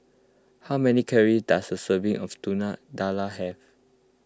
how many calories does a serving of Telur Dadah have